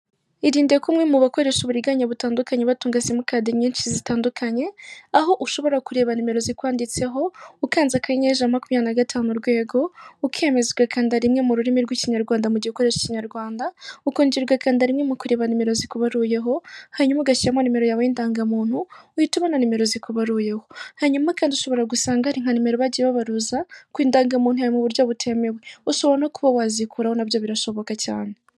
Irinde ko umwe mu bakoresha uburiganya butandukanye batunga simukadi nyinshi zitandukanye; aho ushobora kureba nimero zikwanditseho ukanze akanyenyeri ijana namakumyabiri na gatanu urwego ukemeza ukanda rimwe mu rurimi rw'ikinyarwanda mu mugihe ukoresha ikinyarwanda; ukongera ugakanda rimwe mu kureba nimero zikubaruyeho; hanyuma ugashyiramo nimero yawe y'indangamuntu uhita ubona nimero zikubaruyeho; hanyuma kandi ushobora gusanga ari nka nimero bagiye babaruza ku ndangamuntu yawe mu buryo butemewe ushobora no kuba wazikuraho nabyo birashoboka cyane.